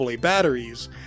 batteries